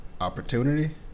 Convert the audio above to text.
opportunity